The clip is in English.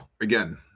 again